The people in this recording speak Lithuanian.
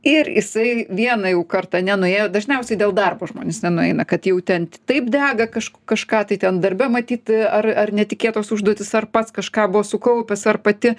ir jisai vieną jau kartą nenuėjo dažniausiai dėl darbo žmonės nenueina kad jau ten taip dega kažk kažką tai ten darbe matyt ar ar netikėtos užduotys ar pats kažką buvo sukaupęs ar pati